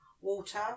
water